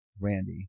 Randy